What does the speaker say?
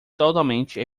totalmente